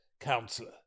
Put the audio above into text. councillor